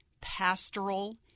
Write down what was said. Pastoral